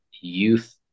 youth